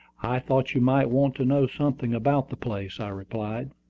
i thought you might want to know something about the place, i replied.